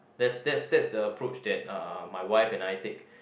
that's that's that's the approach that uh my wife and I take